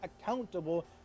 accountable